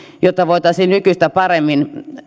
jotta voitaisiin nykyistä paremmin